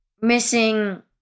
missing